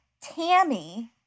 Tammy